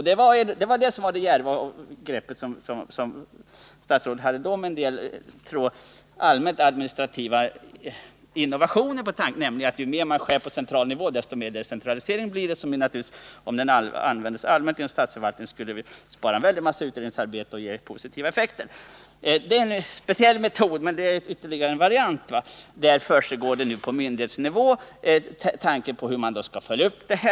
Det var det djärva greppet som statsrådet tog då i fråga om allmänt administrativa innovationer: ju mer man skär bort på central nivå, desto mer decentralisering blir det. Om den principen användes allmänt inom statsförvaltningen, skulle vi spara en mängd utredningsarbete och få positiva effekter. Det är en speciell metod, en ytterligare variant. På myndighetsnivå försiggår nu överväganden om hur man skall följa upp detta.